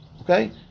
Okay